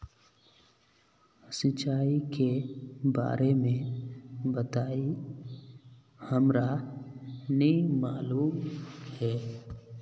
सिंचाई के बारे में बताई हमरा नय मालूम है?